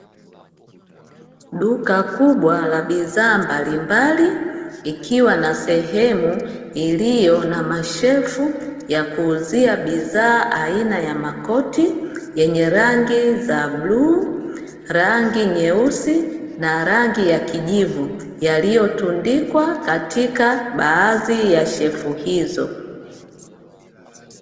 Duka kubwa la bidhaa mbalimbali, ikiwa na sehemu iliyo na mashelfu ya kuuzia bidhaa aina ya makoti, yenye rangi za bluu, rangi nyeusi na rangi ya kijivu, yaliyotundikwa katika baadhi ya shelfu hizo.